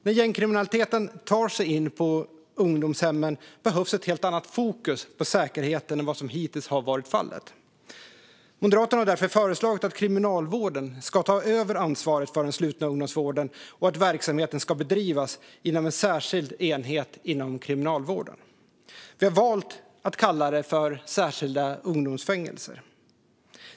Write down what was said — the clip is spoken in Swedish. När gängkriminaliteten tar sig in på ungdomshemmen behövs ett helt annat fokus på säkerhet än vad som hittills har varit fallet. Moderaterna har därför föreslagit att Kriminalvården ska ta över ansvaret för den slutna ungdomsvården och att verksamheten ska bedrivas vid en särskild enhet inom Kriminalvården. Vi har valt att kalla det särskilda ungdomsfängelser.